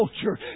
culture